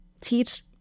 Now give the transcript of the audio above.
teach